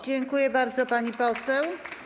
Dziękuję bardzo, pani poseł.